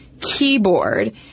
keyboard